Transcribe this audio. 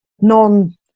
non